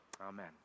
Amen